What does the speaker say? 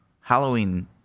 Halloween